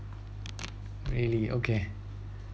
really okay